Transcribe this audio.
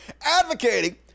advocating